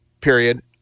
Period